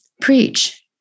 preach